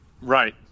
Right